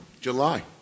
July